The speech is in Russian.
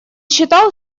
считал